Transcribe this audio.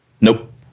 Nope